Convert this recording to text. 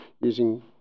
using